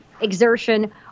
exertion